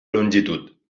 longitud